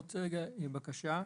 תקנת משנה (5)